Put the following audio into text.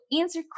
answer